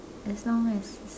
as long as